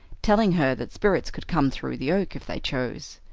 telling her that spirits could come through the oak if they chose,